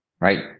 Right